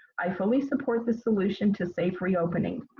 i fully support the solution to safe reopening.